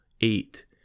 eight